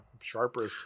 Sharper